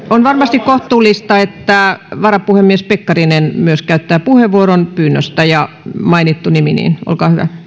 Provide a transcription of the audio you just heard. on varmasti kohtuullista että myös varapuhemies pekkarinen käyttää puheenvuoron pyynnöstä ja kun on mainittu nimi niin